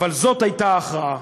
אבל זאת הייתה ההכרעה.